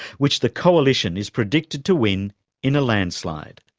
which the coalition is predicted to win in a landslide.